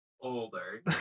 older